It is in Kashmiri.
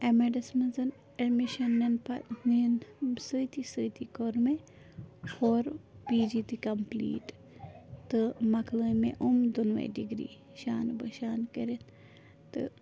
اٮ۪م اٮ۪ڈَس منٛز اٮ۪ڈمِشَن نِنہٕ پہ نِنہٕ سۭتی سۭتی کوٚر مےٚ ہورٕ پی جی تہِ کمپٕلیٖٹ تہٕ مکلٲے مےٚ یِم دۄنوَے ڈِگری شان بَہ شان کٔرِتھ تہٕ